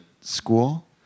school